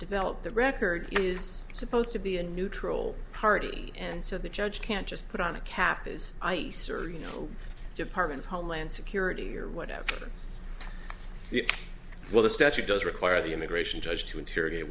develop the record is supposed to be a neutral party and so the judge can't just put on a calf is ice sir you know department of homeland security or whatever well the statute does require the immigration judge to in